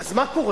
אז מה קורה?